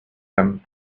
them